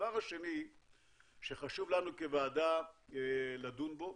הדבר השני שחשוב לנו כוועדה לדון בו